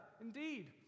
indeed